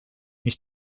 mis